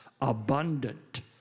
abundant